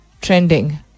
Trending